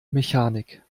mechanik